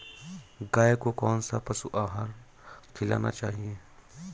गाय को कौन सा पशु आहार खिलाना चाहिए?